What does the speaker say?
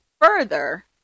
further